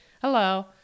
hello